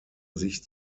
sich